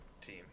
team